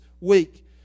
week